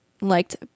liked